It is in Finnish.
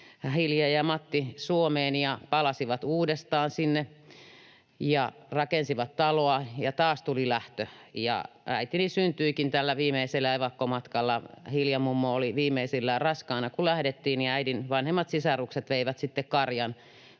lapsen kanssa Suomeen. He palasivat uudestaan sinne ja rakensivat taloa, ja taas tuli lähtö, ja äitini syntyikin tällä viimeisellä evakkomatkalla. Hilja-mummo oli viimeisillään raskaana, kun lähdettiin — ja äidin vanhemmat sisarukset veivät sitten